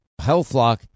HealthLock